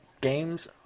games